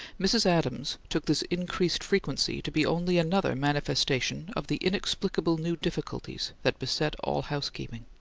mrs. adams took this increased frequency to be only another manifestation of the inexplicable new difficulties that beset all housekeeping.